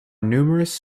numerous